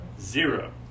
Zero